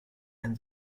and